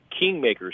kingmakers